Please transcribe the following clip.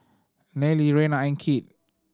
Nayely Reyna and Kit